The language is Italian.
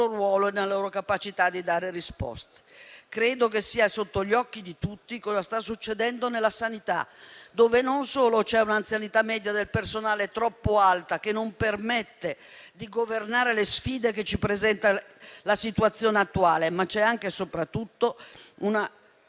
ruolo e nella loro capacità di dare risposte. Credo che sia sotto gli occhi di tutti ciò che sta succedendo nella sanità, dove non solo l'anzianità media del personale è troppo alta e non permette di governare le sfide che ci presenta la situazione attuale, ma c'è anche e soprattutto una